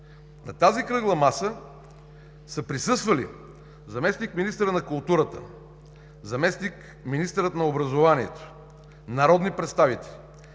На тази кръгла маса са присъствали: заместник-министърът на културата, заместник-министърът на образованието, народни представители,